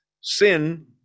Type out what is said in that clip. sin